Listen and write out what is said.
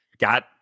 got